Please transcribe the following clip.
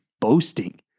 boasting